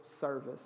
service